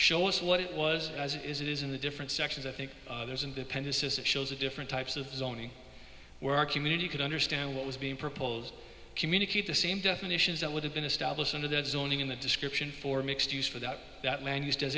show us what it was as it is it is in the different sections i think there's independence as it shows the different types of zoning where our community could understand what was being proposed communicate the same definitions that would have been established under that zoning in the description for mixed use for that that land use